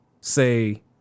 say